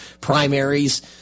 primaries